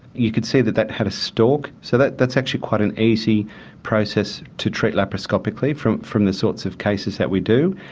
you can see that that had a stalk so to that's actually quite an easy process to treat laprascopically from from the sorts of cases that we do.